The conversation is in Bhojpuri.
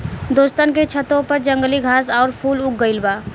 दोस्तन के छतों पर जंगली घास आउर फूल उग गइल बा